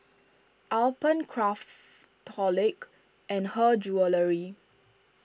Alpen Craftholic and Her Jewellery